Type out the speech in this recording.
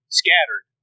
scattered